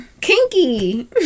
Kinky